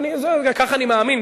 כך אני מאמין,